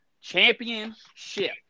championship